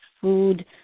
food